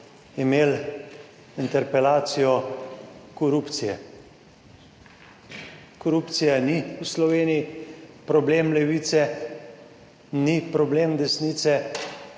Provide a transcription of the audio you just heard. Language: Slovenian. imeli interpelacijo korupcije. Korupcija ni v Sloveniji problem levice, ni problem desnice,